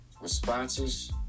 responses